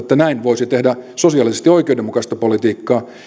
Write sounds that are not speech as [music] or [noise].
[unintelligible] että näin voisi tehdä sosiaalisesti oikeudenmukaista politiikkaa